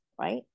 right